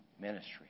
ministry